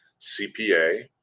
CPA